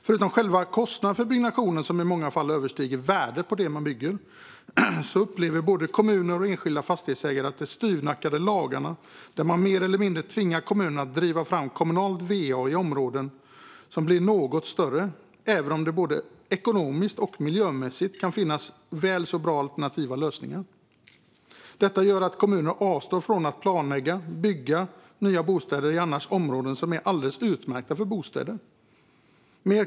Förutom själva kostnaden för byggnationen, som i många fall överstiger värdet på det man bygger, upplever både kommuner och enskilda fastighetsägare att de styvnackade lagarna mer eller mindre tvingar kommunerna att driva fram kommunalt va i områden som blir något större, även om det både ekonomiskt och miljömässigt kan finnas väl så bra alternativa lösningar. Detta leder till att kommunerna avstår från att planlägga för och bygga nya bostäder i områden som annars är alldeles utmärkta för bostäder.